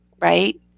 right